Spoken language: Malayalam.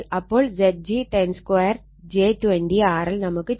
അപ്പോൾ Zg 102 j 20 RL നമുക്ക് 22